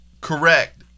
Correct